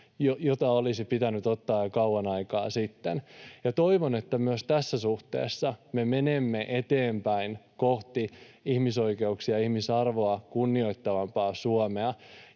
joita olisi pitänyt ottaa jo kauan aikaa sitten. Toivon, että myös tässä suhteessa me menemme eteenpäin kohti ihmisoikeuksia ja ihmisarvoa kunnioittavampaa Suomea.